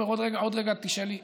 הנושא של ביטוח הוא קריטי.